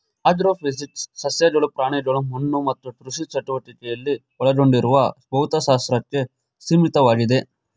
agrophysics ಸಸ್ಯಗಳು ಪ್ರಾಣಿಗಳು ಮಣ್ಣು ಮತ್ತು ಕೃಷಿ ಚಟುವಟಿಕೆಯನ್ನು ಒಳಗೊಂಡಿರುವ ಭೌತಶಾಸ್ತ್ರಕ್ಕೆ ಸೀಮಿತವಾಗಿದೆ